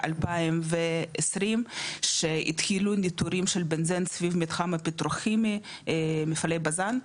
- 2020 כשהתחילו ניטורים של בנזן סביב מתחום הפטרוכימי מפעלי בזן,